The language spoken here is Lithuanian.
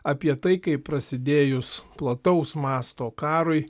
apie tai kaip prasidėjus plataus masto karui